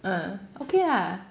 uh okay lah